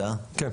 כללית.